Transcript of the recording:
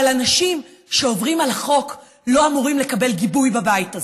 אבל אנשים שעוברים על החוק לא אמורים לקבל גיבוי בבית הזה.